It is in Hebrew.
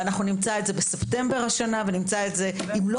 אנחנו נמצא את זה בספטמבר השנה ו אם לא